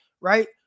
right